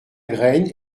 graine